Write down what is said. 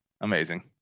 Amazing